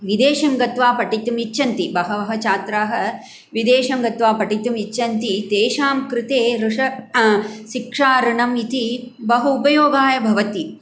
विदेशं गत्वा पठितुम् इच्छन्ति बहवः छात्राः विदेशं गत्वा पठितुम् इच्छन्ति तेषां कृते ऋष शिक्षा ऋणम् इति बहु उपयोगाय भवति